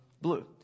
blue